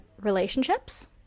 relationships